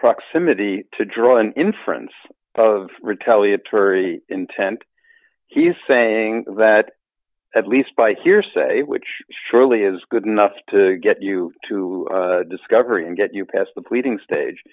proximity to draw an inference of retaliatory intent he's saying that at least by hearsay which surely is good enough to get you to discovery and get you past the pleading stage